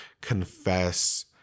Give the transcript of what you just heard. confess